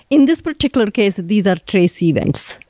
in this particular case, these are trace events,